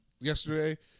yesterday